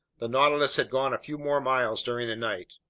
the nautilus had gone a few more miles during the night.